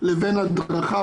לבין הדרכה.